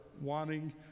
wanting